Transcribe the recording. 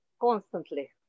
constantly